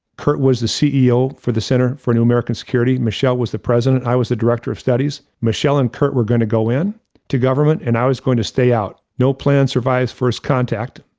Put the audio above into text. kurt was the ceo for the center for new american security, michele was the president, i was the director of studies. michelle and kurt, were going to go in to government and i was going to stay out. no plan survives first contact,